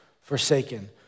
forsaken